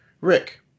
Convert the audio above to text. Rick